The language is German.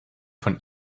von